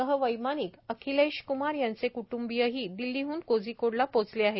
सहवैमानिक अखिलेख कुमार यांचे कुटुंबीयही दिल्लीहन कोझिकोडला पोहोचले आहेत